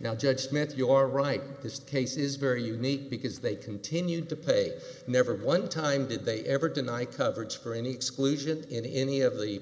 now judge smith you are right this case is very unique because they continued to pay never one time did they ever deny coverage for any exclusion in any of the